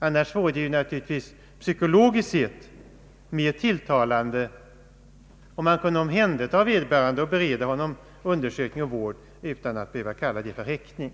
Annars vore det ju psykologiskt sett mer tilltalande om man kunde omhändertaga vederbörande och bereda honom undersökning och vård utan att behöva kalla det för häktning.